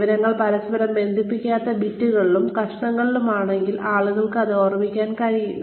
വിവരങ്ങൾ പരസ്പരം ബന്ധിപ്പിക്കാത്ത ബിറ്റുകളിലും കഷണങ്ങളിലുമുള്ളതാണെങ്കിൽ ആളുകൾക്ക് അത് ഓർമ്മിക്കാൻ കഴിയില്ല